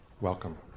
welcome